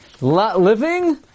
Living